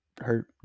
hurt